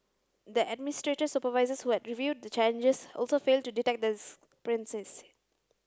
the administrator's supervisors who had reviewed the changes also failed to detect this